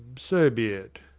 so be it.